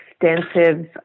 extensive